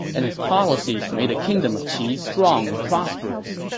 and his policies made the kingdom of qi strong and prosperous.